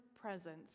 presence